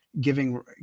giving